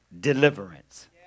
deliverance